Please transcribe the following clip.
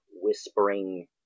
whispering